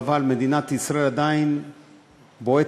אבל מדינת ישראל עדיין בועטת,